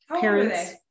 parents